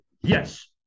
yes